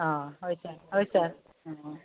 অঁ হয় ছাৰ হয় ছাৰ অঁ